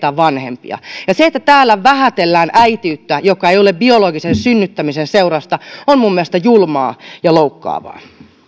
vanhempia se että täällä vähätellään äitiyttä joka ei ole biologisen synnyttämisen seurausta on minun mielestäni julmaa ja loukkaavaa